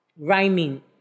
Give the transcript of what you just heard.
rhyming